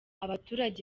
abaturage